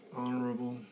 honorable